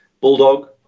bulldog